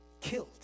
killed